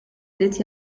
irid